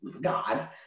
God